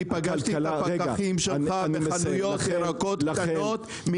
אני פגשתי את הפקחים שלך בחנויות ירקות קטנות,